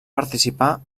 participar